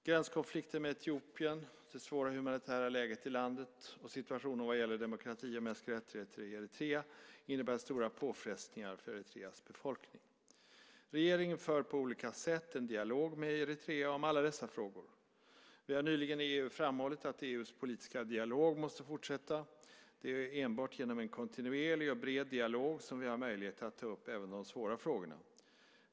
Gränskonflikten med Etiopien, det svåra humanitära läget i landet och situationen vad gäller demokrati och mänskliga rättigheter i Eritrea innebär stora påfrestningar för Eritreas befolkning. Regeringen för på olika sätt en dialog med Eritrea om alla dessa frågor. Vi har nyligen i EU framhållit att EU:s politiska dialog måste fortsätta. Det är enbart genom en kontinuerlig och bred dialog som vi har möjlighet att ta upp även de svåra frågorna.